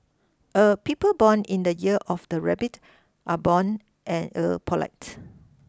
er people born in the year of the Rabbit are born and er polite